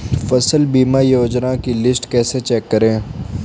फसल बीमा योजना की लिस्ट कैसे चेक करें?